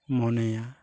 ᱢᱚᱱᱮᱭᱟ